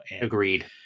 Agreed